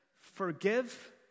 Forgive